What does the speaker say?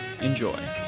Enjoy